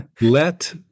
let